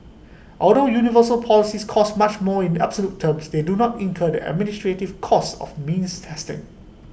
although universal policies cost much more in absolute terms they do not incur the administrative costs of being tested